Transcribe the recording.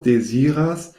deziras